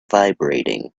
vibrating